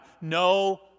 No